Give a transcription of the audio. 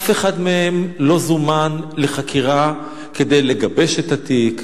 אף אחד מהם לא זומן לחקירה כדי לגבש את התיק,